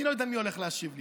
אני לא יודע מי הולך להשיב לי.